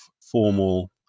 formal